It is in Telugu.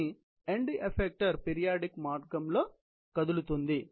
కానీ ఎండ్ ఎఫెక్టర్ పీరియాడిక్ మార్గంలో కదులుతుంది